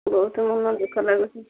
ବହୁତ ମନ ଦୁଃଖ ଲାଗୁଛି